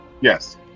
Yes